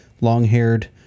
long-haired